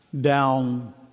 down